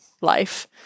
life